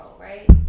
right